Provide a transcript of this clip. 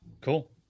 cool